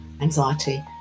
anxiety